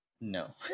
No